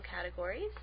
categories